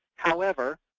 however,